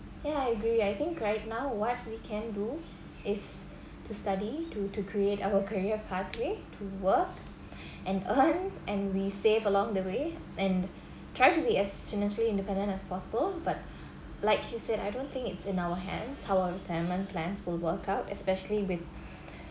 yeah I agree I think right now what we can do is to study to to create our career pathway to work and earn and we save along the way and try to be as financially independent as possible but like you said I don't think it's in our hands our retirement plans will workout especially with